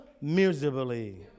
miserably